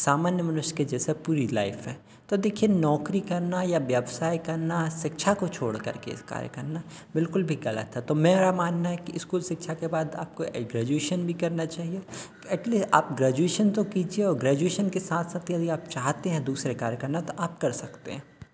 सामान्य मनुष्य के जैसा पूरी लाईफ है तो देखिए नौकरी करना या व्यवसाय करना शिक्षा को छोड़कर के कार्य करना बिलकुल भी गलत है तो मेरा मानना है कि इसको शिक्षा के बाद आपको ग्रेजुएशन भी करना चाहिए इसलिए आप ग्रेजुएशन तो कीजिए और ग्रेजुएशन के साथ साथ यदि आप चाहते हैं दूसरे कार्य करना तो आप कर सकते हैं